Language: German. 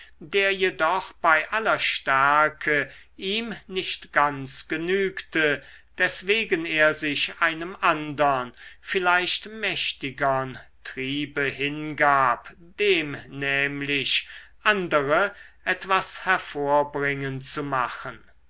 der jedoch bei aller stärke ihm nicht ganz genügte deswegen er sich einem andern vielleicht mächtigern triebe hingab dem nämlich andere etwas hervorbringen zu machen